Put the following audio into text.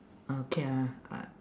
okay ah uh